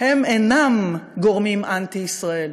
הם אינם גורמים אנטי-ישראליים,